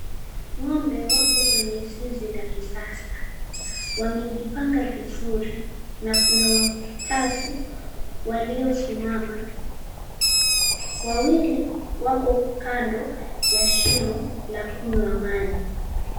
Ng'ombe wako kwenye zizi la kisasa, wamejipanga vizuri na kuna watatu waliosimama. Wawili wako kando ya shimo la kunywa maji.